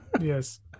Yes